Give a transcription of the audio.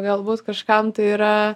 galbūt kažkam tai yra